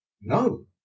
no